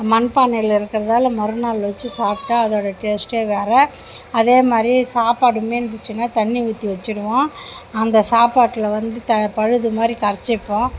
மண்பானையில் இருக்கிறதால மறுநாள் வெச்சு சாப்பிட்டா அதோட டேஸ்ட்டே வேறு அதே மாதிரியே சாப்பாடு மீந்துச்சுன்னா தண்ணி ஊற்றி வெச்சுடுவோம் அந்த சாப்பாட்டில் வந்து த பழுது மாதிரி கரைச்சிப்போம்